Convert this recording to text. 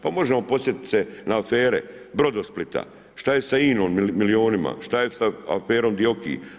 Pa možemo podsjetit se na afere Brodosplita, šta je sa INA-om, milijunima, šta je sa aferom DIOKI?